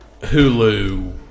Hulu